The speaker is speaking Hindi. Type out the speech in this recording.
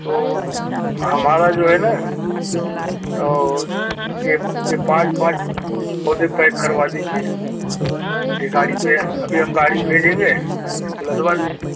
तो हमारा जो है ना और ये ये पाँच पाँच पौधे पैक करवा दीजिए ये गाड़ी पर अभी हम गाड़ी भेजेंगे तो उसी पर लदवा दीजिए